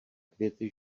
květy